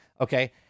okay